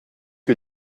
que